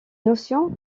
notion